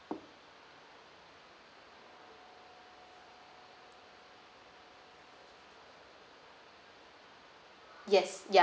yes ya